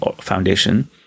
foundation